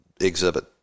exhibit